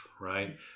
Right